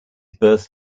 birth